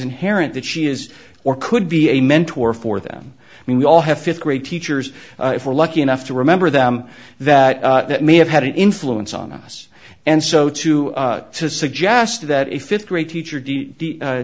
inherent that she is or could be a mentor for them i mean we all have fifth grade teachers if we're lucky enough to remember them that that may have had an influence on us and so to suggest that a fifth grade teacher